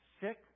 sick